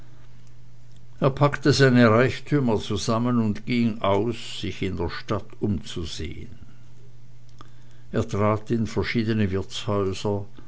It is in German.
er packte seine reichtümer zusammen und ging aus sich in der stadt umzusehen er trat in verschiedene wirtshäuser